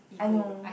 I know